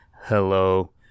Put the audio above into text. hello